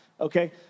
Okay